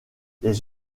les